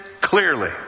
clearly